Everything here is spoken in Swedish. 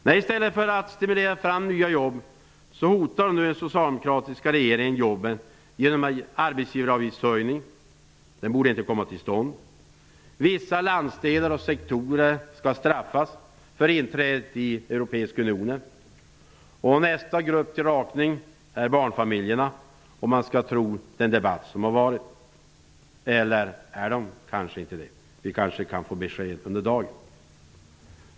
Nej, i stället för att stimulera fram nya jobb hotar den socialdemokratiska regeringen nu jobben genom en arbetsgivaravgiftshöjning som inte borde komma till stånd. Vissa landsdelar och sektorer skall straffas för inträdet i Europeiska unionen. Nästa grupp till rakning är barnfamiljerna - om man skall tro den debatt som har varit. Eller är det kanske inte så? Vi kanske kan få besked under dagen.